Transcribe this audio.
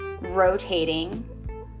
rotating